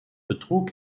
betrug